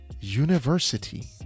university